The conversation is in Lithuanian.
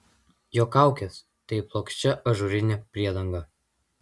jo kaukės tai plokščia ažūrinė priedanga